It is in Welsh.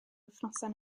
wythnosau